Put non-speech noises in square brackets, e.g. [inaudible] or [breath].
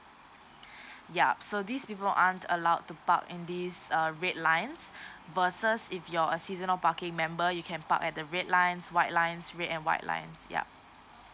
[breath] yup so these people aren't allowed to park in this uh red lines versus if you're a seasonal parking member you can park at the red lines white lines red and white lines ya